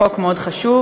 חוק מאוד חשוב.